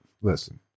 listen